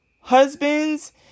husbands